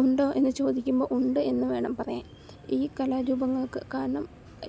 ഉണ്ടോ എന്ന് ചോദിക്കുമ്പോൾ ഉണ്ട് എന്ന് വേണം പറയാൻ ഈ കലാരൂപങ്ങൾക്ക് കാരണം